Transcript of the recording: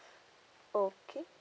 okay